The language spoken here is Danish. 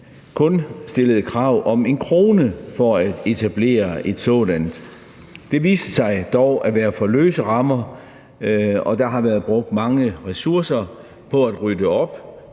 kun stillede krav om 1 kr. for at etablere et sådant. Det viste sig dog at være for løse rammer, og der har været brugt mange ressourcer på at rydde op